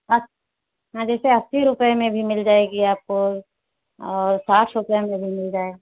आप हाँ जैसे आस्सी रुपये में भी मिल जाएगी आपको और साठ रुपये में भी मिल जाएगा